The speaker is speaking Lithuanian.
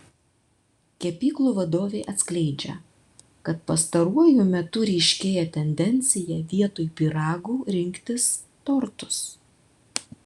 kepyklų vadovė atskleidžia kad pastaruoju metu ryškėja tendencija vietoj pyragų rinktis tortus